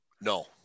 No